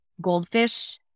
Goldfish